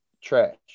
trash